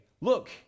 look